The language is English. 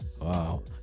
wow